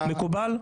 מקובל?